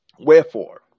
Wherefore